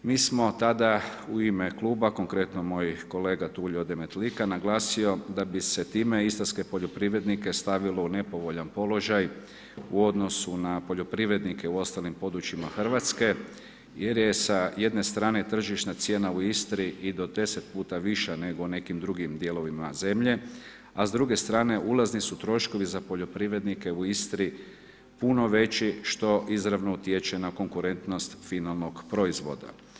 Mi smo tada u ime kluba, konkretno, mojih kolega, Tulio Demetlika, naglasio da bi se time istarske poljoprivrednike stavilo u nepovoljan položaj u odnosu na poljoprivrednike u ostalim područjima Hrvatske, jer je sa jedne strane tržišna cijena u Istri i do 10 puta viša nego na nekim drugim dijelovima zemlje, a s druge strane, ulazni su troškovi, za poljoprivrednike u Istri, puno veći, što izravno utječe na konkurentnost finalnog proizvoda.